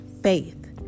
faith